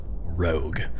rogue